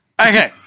Okay